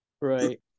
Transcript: Right